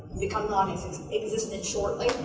becoming nonexistent nonexistent shortly.